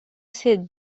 said